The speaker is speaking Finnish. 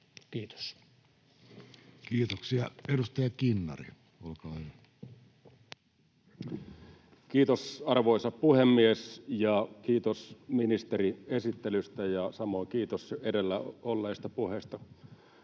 Kiitos. Kiitoksia. — Edustaja Kinnari, olkaa hyvä. Kiitos, arvoisa puhemies! Kiitos, ministeri, esittelystä, ja samoin kiitos edellä olleista puheista